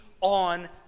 on